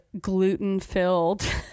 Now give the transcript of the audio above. gluten-filled